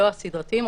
לא הסדרתיים.